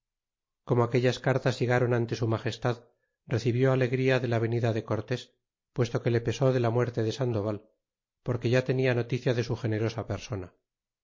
como aquellas cartas llegron ante su magestad recibió alegría de la venida de cor tés puesto que le pesó de la muerte del sandoval porque ya tenia noticia de su generosa persona